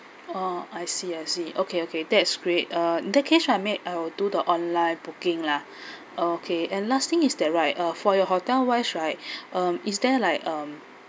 oh I see I see okay okay that is great uh in that case I'll make I'll do the online booking lah okay and last thing is that right uh for your hotel wise right um is there like um